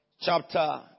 chapter